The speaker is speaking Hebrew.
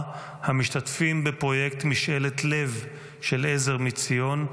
המשתתפים בפרויקט משאלת לב של עזר מציון,